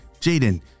Jaden